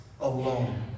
alone